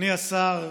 אדוני השר,